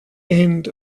end